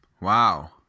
Wow